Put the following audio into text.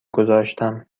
گذاشتم